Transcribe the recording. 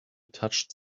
touched